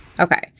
Okay